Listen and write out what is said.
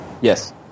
Yes